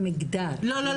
תהליך.